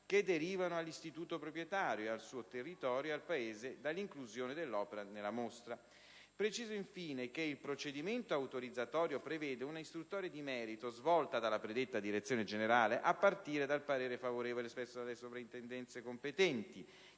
che derivano all'istituto proprietario, al suo territorio e al Paese, dall'inclusione dell'opera nella mostra. Preciso, infine, che il procedimento autorizzatorio prevede una istruttoria di merito svolta dalla predetta direzione generale a partire dal parere favorevole espresso dalle sopraintendenze competenti